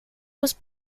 was